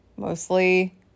mostly